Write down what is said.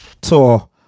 Tour